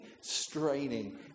straining